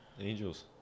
Angels